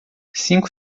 cinco